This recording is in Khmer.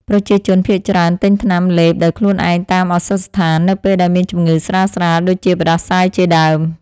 ប្រជាជនភាគច្រើនទិញថ្នាំលេបដោយខ្លួនឯងតាមឱសថស្ថាននៅពេលដែលមានជំងឺស្រាលៗដូចជាផ្ដាសាយជាដើម។